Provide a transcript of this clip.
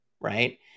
right